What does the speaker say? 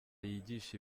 yigisha